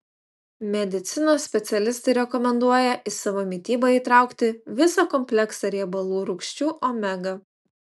medicinos specialistai rekomenduoja į savo mitybą įtraukti visą kompleksą riebalų rūgščių omega